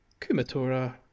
Kumatora